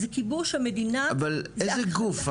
זה כיבוש המדינה- -- אבל איזה גוף,